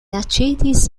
aĉetis